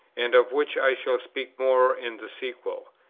and of which i shall speak more in the sequel.